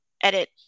edit